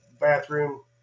bathroom